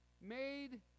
Made